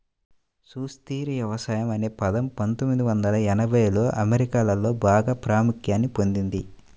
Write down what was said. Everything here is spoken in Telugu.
సుస్థిర వ్యవసాయం అనే పదం పందొమ్మిది వందల ఎనభైలలో అమెరికాలో బాగా ప్రాముఖ్యాన్ని పొందింది